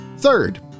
Third